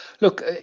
Look